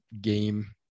game